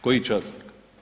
Koji časnik?